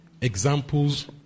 examples